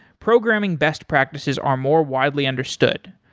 programming best practices are more widely understood.